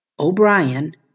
O'Brien